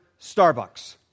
Starbucks